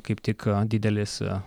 kaip tik didelis